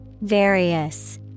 Various